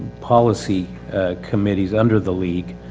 policy committees under the league.